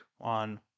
on